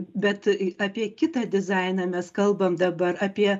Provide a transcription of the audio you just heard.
bet apie kitą dizainą mes kalbam dabar apie